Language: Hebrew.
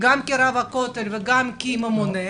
גם כרב הכותל וגם כממונה?